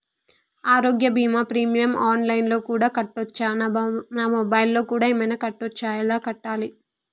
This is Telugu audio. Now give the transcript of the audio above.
ఆరోగ్య బీమా ప్రీమియం ఆన్ లైన్ లో కూడా కట్టచ్చా? నా మొబైల్లో కూడా ఏమైనా కట్టొచ్చా? ఎలా కట్టాలి?